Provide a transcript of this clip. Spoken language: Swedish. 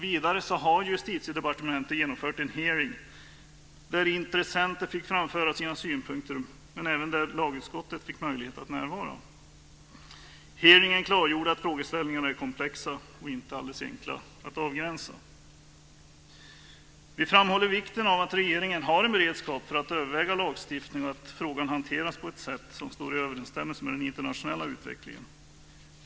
Vidare har Justitiedepartementet genomfört en hearing där intressenter fick framföra sina synpunkter och där även lagutskottet fick möjlighet att närvara. Hearingen klargjorde att frågeställningarna är komplexa och inte alldeles enkla att avgränsa. Vi framhåller vikten av att regeringen har en beredskap för att överväga lagstiftning och att frågan hanteras på ett sätt som står i överensstämmelse med den internationella utvecklingen.